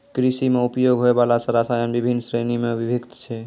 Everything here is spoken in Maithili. कृषि म उपयोग होय वाला रसायन बिभिन्न श्रेणी म विभक्त छै